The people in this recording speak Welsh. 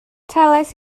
talais